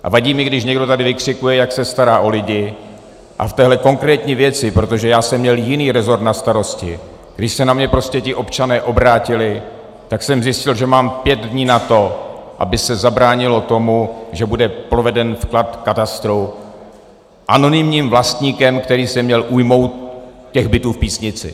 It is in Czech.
A vadí mi, když někdo tady vykřikuje, jak se stará o lidi, a v téhle konkrétní věci, protože já jsem měl jiný resort na starosti, když se na mě ti občané obrátili, tak jsem zjistil, že mám pět dnů na to, aby se zabránilo tomu, že bude proveden vklad v katastru anonymním vlastníkem, který se měl ujmout těch bytů v Písnici.